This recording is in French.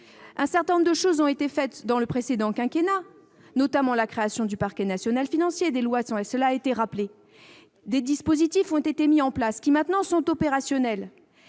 Un certain nombre de choses ont été faites au cours du précédent quinquennat, notamment la création du Parquet national financier- cela a été rappelé. Des dispositifs ont été mis en place- ils sont désormais opérationnels